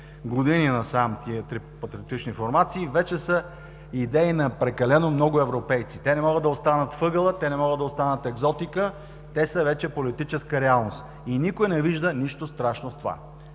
години насам – тия три патриотични формации, вече са идеи на прекалено много европейци. Те не могат да останат в ъгъла, те не могат да останат екзотика, те са вече политическа реалност и никой не вижда нищо страшно в това.